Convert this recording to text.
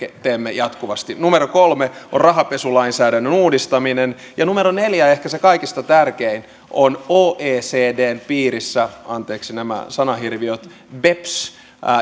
teemme jatkuvasti numero kolme on rahanpesulainsäädännön uudistaminen ja numero neljä ehkä se kaikista tärkein on oecdn piirissä anteeksi nämä sanahirviöt beps